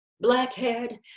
Black-haired